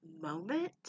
moment